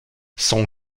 son